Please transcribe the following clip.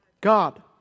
God